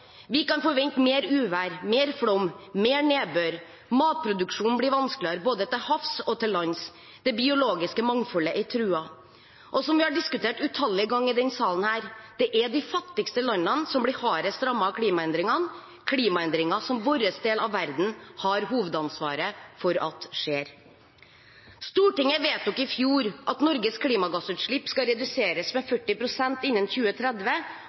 Vi kan forvente mer uvær, mer flom og mer nedbør. Matproduksjonen blir vanskeligere, både til havs og til lands. Det biologiske mangfoldet er truet. Som vi har diskutert utallige ganger i denne salen: Det er de aller fattigste landene som blir hardest rammet av klimaendringene, klimaendringer som vår del av verden har hovedansvaret for. Stortinget vedtok i fjor at Norges klimagassutslipp skal reduseres med 40 pst. innen